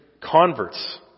converts